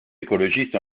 écologiste